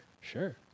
Sure